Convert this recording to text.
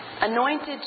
anointed